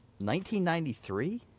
1993